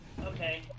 Okay